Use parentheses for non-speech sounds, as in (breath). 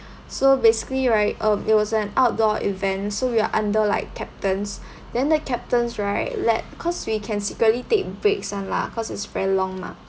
so basically right um it was an outdoor event so we are under like captains (breath) then the captains right let cause we can secretly take breaks [one] lah cause it's very long mah